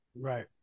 Right